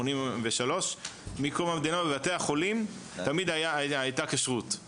1983. מקום המדינה בבתי חולים תמיד הייתה כשרות.